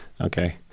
Okay